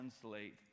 translate